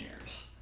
years